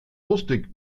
lustig